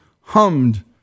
hummed